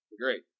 Great